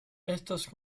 estos